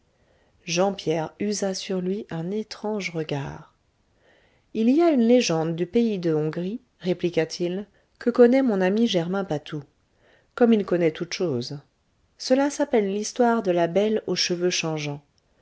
jean pierre usa sur lui un étrange regard il y a une légende du pays de hongrie répliqua-t-il que connaît mon ami germain patou comme il connaît toutes choses cela s'appelle l'histoire de la belle aux cheveux changeants